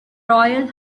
royal